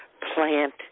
plant